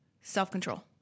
self-control